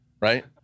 right